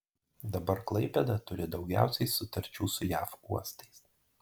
dabar klaipėda turi daugiausiai sutarčių su jav uostais